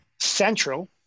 central